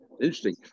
interesting